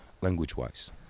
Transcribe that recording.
language-wise